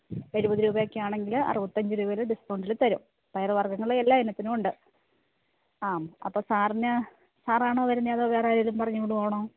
എഴുപത് രൂപയൊക്കെ ആണെങ്കിൽ അറുപത്തഞ്ച് രൂപയുടെ ഡിസ്ക്കൗണ്ടിൽ തരും പയറ് വര്ഗങ്ങളിൽ എല്ലാ ഇനത്തിനും ഉണ്ട് ആം അപ്പം സാറിന് സാറാണോ വരുന്നത് അതോ വേറാരേലും പറഞ്ഞ് വിടുവാണോ